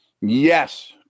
Yes